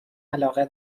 علاقه